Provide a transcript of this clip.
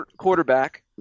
quarterback